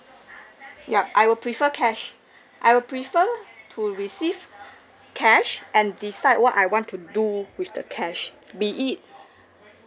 yup I will prefer cash I will prefer to receive cash and decide what I want to do with the cash be it